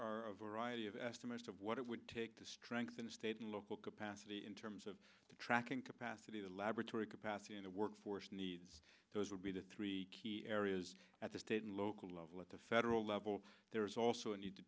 a variety of estimates of what it would take to strengthen the state and local capacity in terms of tracking capacity the laboratory capacity of the workforce needs those would be the three key areas at the state and local level at the federal level there is also a need to